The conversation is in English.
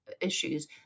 issues